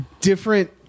different